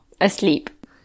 Asleep